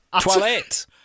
Toilet